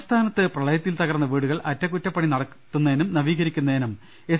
സംസ്ഥാനത്ത് പ്രളയത്തിൽ തകർന്ന വീടുകൾ അറ്റകുറ്റപ്പ ണിനടക്കുന്നതിനും നവീകരിക്കുന്നതിനും എസ്